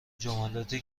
جملاتی